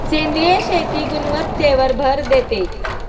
सेंद्रिय शेती गुणवत्तेवर भर देते